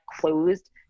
closed